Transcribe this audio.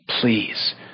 please